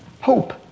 Hope